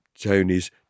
Tony's